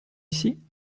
ici